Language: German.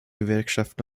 gewerkschaft